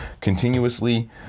continuously